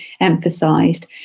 emphasised